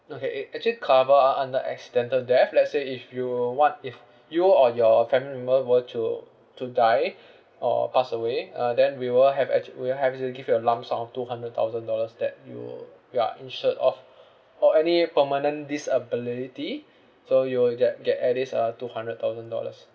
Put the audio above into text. okay it actually cover under accidental death let's say if you what if you or your family member were to to die or pass away uh then we will have actually we will have to give you a lump sum of two hundred thousand dollars that you you are insured of or any permanent disability so you will get get at this uh two hundred thousand dollars